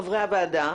חברי הוועדה,